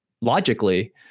logically